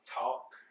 Talk